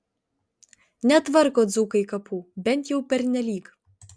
netvarko dzūkai kapų bent jau pernelyg